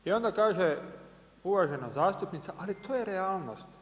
I onda kaže uvažena zastupnica ali to je realnost.